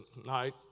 tonight